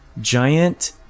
giant